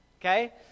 okay